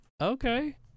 Okay